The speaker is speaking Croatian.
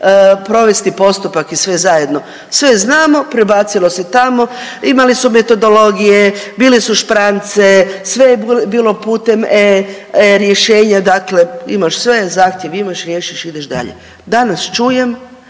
provesti postupak i sve zajedno, sve znamo prebacilo se tamo imali su metodologije, bile su šprance, sve je bilo putem e-rješenja, imaš sve, zahtjev imaš, riješiš, ideš dalje. Danas čujem